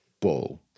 ball